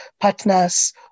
partners